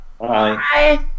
Bye